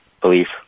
belief